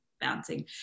bouncing